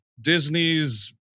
Disney's